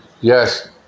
Yes